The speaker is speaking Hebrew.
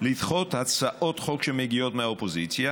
לדחות הצעות חוק שמגיעות מהאופוזיציה,